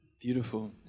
Beautiful